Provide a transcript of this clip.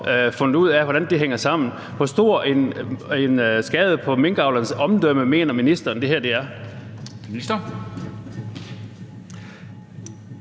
får fundet ud af, hvordan det hænger sammen? Hvor stor en skade på minkavlernes omdømme mener ministeren